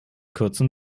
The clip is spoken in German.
kürzen